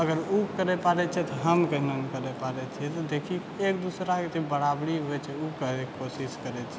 अगर ओ करै पाड़ै छै तऽ हम कोना नहि करै पाड़ै छिए तऽ देखि एक दोसराके बराबरी होइ छै ओ करैके कोशिश करै छिए